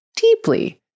Deeply